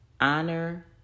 honor